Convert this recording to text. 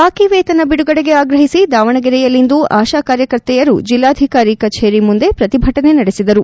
ಬಾಕಿ ವೇತನ ಬಿಡುಗಡೆಗೆ ಆಗ್ರಹಿಸಿ ದಾವಣಗೆರೆಯಲ್ಲಿಂದು ಆಶಾ ಕಾರ್ಯಕರ್ತೆಯರು ಜಿಲ್ಲಾಧಿಕಾರಿ ಕಚೇರಿ ಮುಂದೆ ಪ್ರತಿಭಟನೆ ನಡೆಸಿದರು